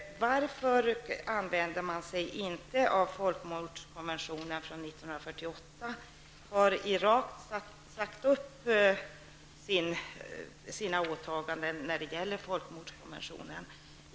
Varför används inte konventionen mot folkmord från 1948? Har Irak sagt upp sina åtaganden i folkmordskonventionen?